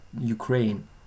Ukraine